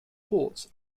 thoughts